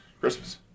Christmas